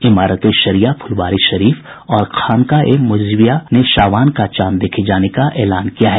इमारत ए शरिया फुलवारीशरीफ और खानकाह मुजीबिया ने शाबान का चांद देखे जाने का एलान किया है